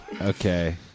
Okay